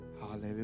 Hallelujah